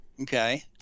Okay